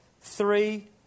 three